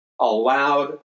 allowed